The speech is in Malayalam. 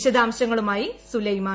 വിശദാംശങ്ങളുമായി സുലൈമാൻ